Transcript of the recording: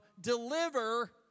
deliver